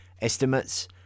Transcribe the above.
Estimates